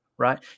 right